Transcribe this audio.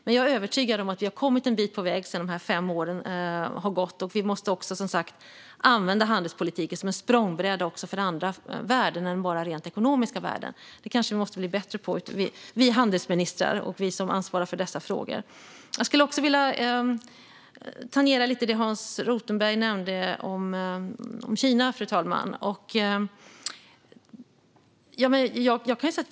Men jag är övertygad om att vi har kommit en bit på väg under de fem år som har gått, och vi måste använda handelspolitiken som en språngbräda också för andra värden än de rent ekonomiska. Det måste vi handelsministrar och vi som ansvarar för dessa frågor bli bättre på. Jag skulle också vilja tangera det som Hans Rothenberg nämnde om Kina.